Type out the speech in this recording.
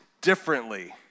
differently